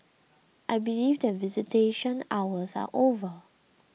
I believe that visitation hours are over